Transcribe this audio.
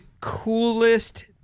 coolest